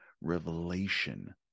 revelation